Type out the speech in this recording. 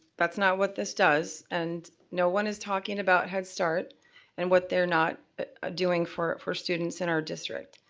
that's not what this does and no one is talking about head start and what they're not doing for for students in our district.